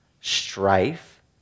strife